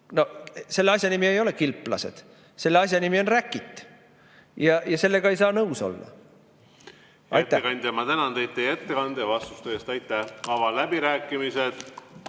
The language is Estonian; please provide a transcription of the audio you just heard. Selle asja nimi ei ole kilplased, selle asja nimi on räkit. Ja sellega ei saa nõus olla. Hea ettekandja, ma tänan teid teie ettekande ja vastuste eest. Aitäh! Avan läbirääkimised.